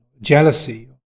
jealousy